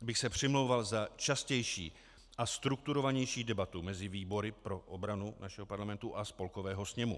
bych se přimlouval za častější a strukturovanější debatu mezi výbory pro obrany našeho parlamentu a Spolkového sněmu.